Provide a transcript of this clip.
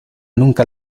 nunca